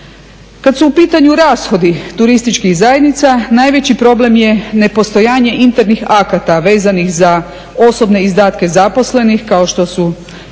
Kad su u pitanju rashodi turističkih zajednica, najveći problem je nepostojanje internih akata vezanih za osobne izdatke zaposlenih kao što su primjerice